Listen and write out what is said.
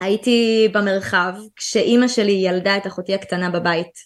הייתי במרחב כשאימא שלי ילדה את אחותי הקטנה בבית.